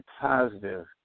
positive